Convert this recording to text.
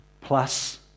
plus